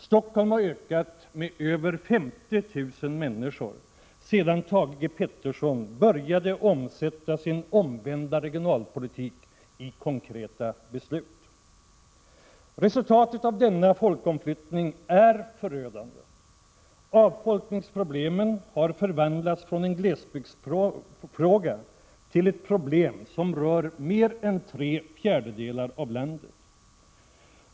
Stockholm har ökat med över 50 000 människor sedan Thage G. Peterson började omsätta sin omvända regionalpolitik i konkreta beslut. Resultatet av denna folkomflyttning är förödande. Avfolkningsproblemen har förvandlats från en glesbygdsfråga till ett problem som rör mer än tre fjärdedelar av landet.